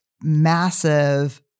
massive